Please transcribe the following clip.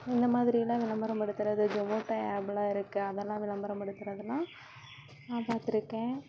இந்த மாதிரிலாம் விளம்பரம் படுத்துறது ஸோமேட்டோ ஆப் எல்லாம் இருக்கு அதெல்லாம் விளம்பரம் படுத்துறது எல்லாம் நான் பார்த்துருக்கேன்